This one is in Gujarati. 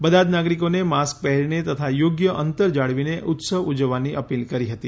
બધા જ નાગરિકોને માસ્ક પહેરીને તથા યોગ્ય અંતર જાળવીને ઉત્સવ ઉજવવાની અપીલ કરી હતી